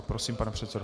Prosím, pan předsedo.